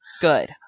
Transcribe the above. good